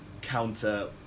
counter